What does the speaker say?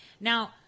Now